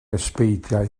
ysbeidiau